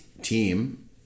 team